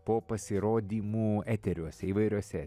po pasirodymų eteriuose įvairiuose